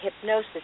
hypnosis